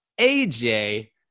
AJ